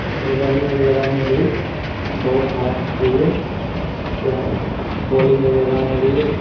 running वगैरहमे भी बहुत फास्ट रहियै तऽ बोलिंग वगैरह मे भी